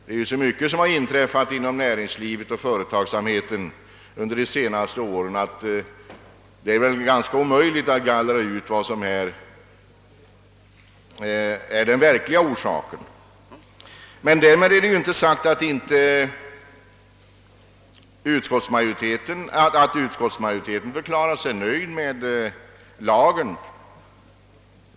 Det är så mycket som inträffat inom näringsliv och företagsamhet under de senaste åren, att det är ganska omöjligt att få fram den verkliga orsaken till störningarna. Därmed är inte sagt att utskottsmajoriteten förklarar sig helt nöjd med lagen.